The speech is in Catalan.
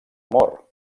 amor